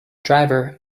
driver